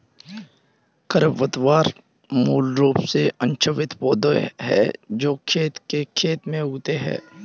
खरपतवार मूल रूप से अवांछित पौधे हैं जो खेत के खेत में उगते हैं